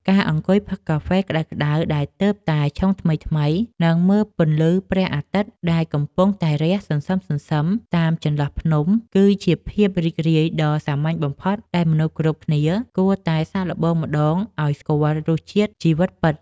ការអង្គុយផឹកកាហ្វេក្តៅៗដែលទើបតែឆុងថ្មីៗ និង មើលពន្លឺព្រះអាទិត្យដែលកំពុងតែរះសន្សឹមៗតាមចន្លោះភ្នំ គឺជាភាពរីករាយដ៏សាមញ្ញបំផុតដែលមនុស្សគ្រប់គ្នាគួរតែសាកល្បងម្ដងឱ្យស្គាល់រសជាតិជីវិតពិត។